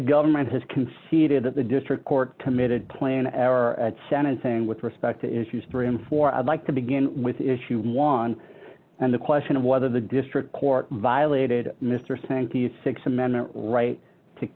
the government has conceded that the district court committed plan thing with respect to issues three and four i'd like to begin with issue one and the question of whether the district court violated mr sankey th amendment right to